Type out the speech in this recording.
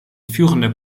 führender